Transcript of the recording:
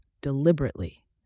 deliberately